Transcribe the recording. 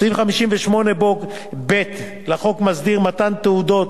סעיף 58(ב) לחוק מסדיר מתן תעודות